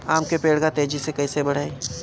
आम के पेड़ को तेजी से कईसे बढ़ाई?